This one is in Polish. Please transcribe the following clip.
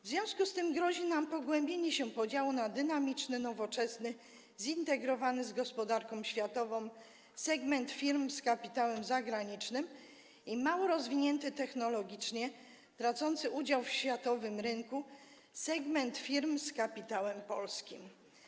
W związku z tym grozi nam pogłębienie się podziału na dynamiczny, nowoczesny, zintegrowany z gospodarką światową segment firm z kapitałem zagranicznym i mało rozwinięty technologicznie, tracący udział w światowym rynku segment firm z kapitałem polskim.